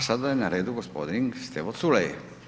A sada je na redu gospodin Stevo Culej.